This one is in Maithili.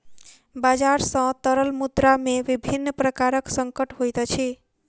बजार सॅ तरल मुद्रा में विभिन्न प्रकारक संकट होइत अछि